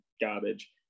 garbage